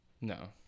No